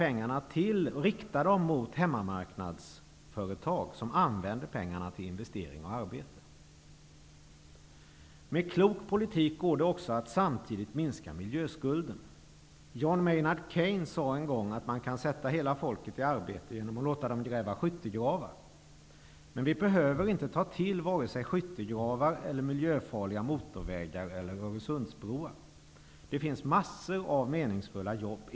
Vi vill rikta dessa pengar mot hemmamarknadsföretag som använder pengarna till investering och arbete. Med klok politik går det också att samtidigt minska miljöskulden. John Maynard Keynes sade en gång att man kan sätta hela folket i arbete genom att låta det gräva skyttegravar. Men vi behöver inte ta till vare sig skyttegravar, miljöfarliga motorvägar eller öresundsbroar. Det finna massor av meningsfulla jobb.